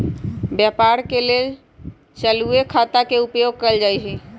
व्यापार के लेल चालूये खता के उपयोग कएल जाइ छइ